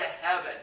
heaven